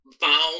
bound